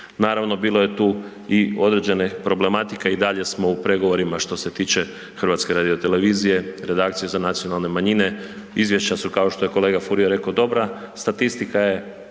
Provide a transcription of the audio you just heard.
Naravno, bilo je tu i određene problematike, i dalje smo u pregovorima što se tiče HRT-a, redakcije za nacionalne manjine, izvješća su kao što je rekao kolega Furio rekao, dobra, statistika je